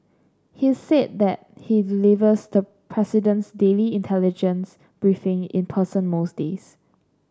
he's said that he delivers the president's daily intelligence briefing in person most days